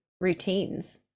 routines